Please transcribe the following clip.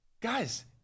Guys